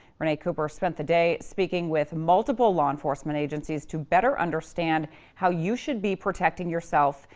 renee cooper spent the day speaking with multiple law enforcement agencies to better understand how you should be protecting yourself.